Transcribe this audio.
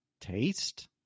taste